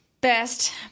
best